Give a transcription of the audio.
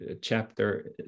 chapter